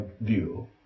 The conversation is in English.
view